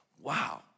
wow